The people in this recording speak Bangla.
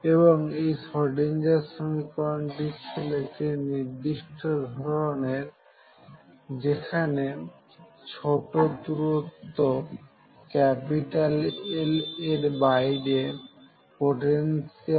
এবং এই স্রোডিঞ্জার সমীকরণটি ছিল একটি নির্দিষ্ট ধরনের যেখানে ছোট দূরত্ব L এর বাইরে পোটেনশিয়াল